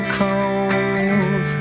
cold